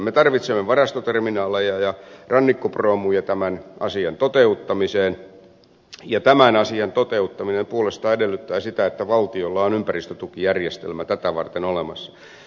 me tarvitsemme varastoterminaaleja ja rannikkoproomuja tämän asian toteuttamiseen ja tämän asian toteuttaminen puolestaan edellyttää sitä että valtiolla on ympäristötukijärjestelmä tätä varten olemassa